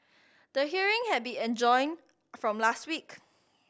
the hearing had been adjourned from last week